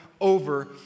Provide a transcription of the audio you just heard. over